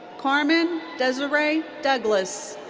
carmen desiree douglas.